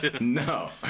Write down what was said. No